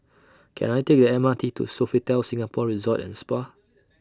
Can I Take The M R T to Sofitel Singapore Resort and Spa